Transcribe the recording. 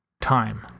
time